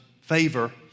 favor